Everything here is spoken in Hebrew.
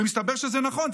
מסתבר שזה נכון,